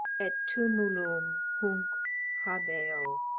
et tumulum hunc habeo.